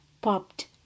popped